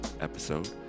episode